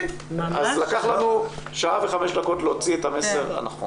אז לקח לנו שעה ו-5 דקות להוציא את המסר הנכון.